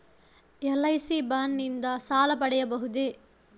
LIC bond ನಿಂದ ಸಾಲ ಪಡೆಯಬಹುದೇ?